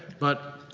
but, ah,